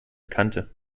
kannte